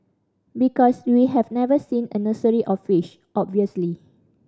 because we have never seen a nursery of fish obviously